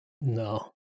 No